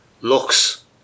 looks